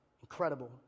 incredible